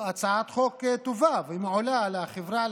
הצעת חוק טובה ומעולה לחברה,